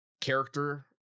character